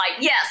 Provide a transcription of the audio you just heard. Yes